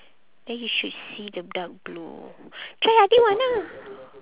then you should see the dark blue try adik one ah